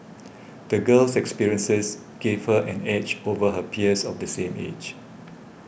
the girl's experiences gave her an edge over her peers of the same age